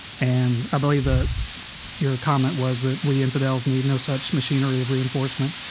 and i believe that your comment was that we infidels need no such machinery of reinforcement.